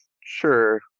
Sure